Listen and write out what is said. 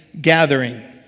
gathering